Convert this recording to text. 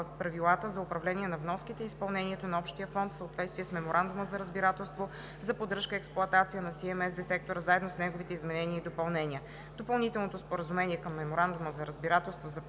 правилата за управление на вноските и изпълнението на общия фонд в съответствие с Меморандума за разбирателство за поддръжка и експлоатация на CMS детектора заедно с неговите изменения и допълнения. Допълнителното споразумение към Меморандума за разбирателство за поддръжка